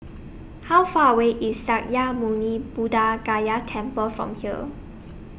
How Far away IS Sakya Muni Buddha Gaya Temple from here